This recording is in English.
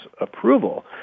approval